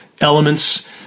elements